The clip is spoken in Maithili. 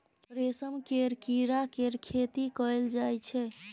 रेशम केर कीड़ा केर खेती कएल जाई छै